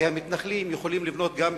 כי המתנחלים יכולים לבנות גם בישראל,